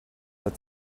that